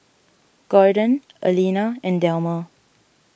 Gordon Aleena and Delmer